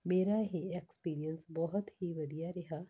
ਮੇਰਾ ਇਹ ਐਕਸਪੀਰੀਅੰਸ ਬਹੁਤ ਹੀ ਵਧੀਆ ਰਿਹਾ